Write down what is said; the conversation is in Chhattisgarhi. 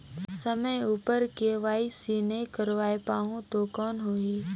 समय उपर के.वाई.सी नइ करवाय पाहुं तो कौन होही?